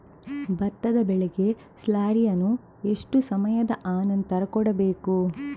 ಭತ್ತದ ಬೆಳೆಗೆ ಸ್ಲಾರಿಯನು ಎಷ್ಟು ಸಮಯದ ಆನಂತರ ಕೊಡಬೇಕು?